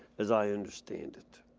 as i understand it.